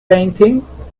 paintings